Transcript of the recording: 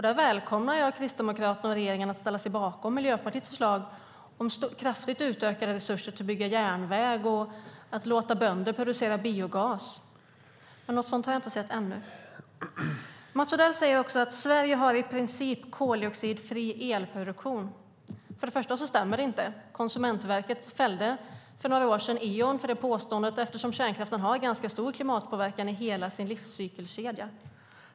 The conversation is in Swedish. Där välkomnar jag Kristdemokraterna och regeringen att ställa sig bakom Miljöpartiets förslag om kraftigt utökade resurser till att bygga järnväg och att låta bönder producera biogas. Men något sådant har jag inte sett ännu. Mats Odell säger också att Sverige har en i princip koldioxidfri elproduktion. För det första stämmer inte detta. Konsumentverket fällde för några år sedan Eon för det påståendet, eftersom kärnkraften har ganska stor klimatpåverkan i hela sin livscykelkedja.